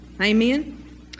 Amen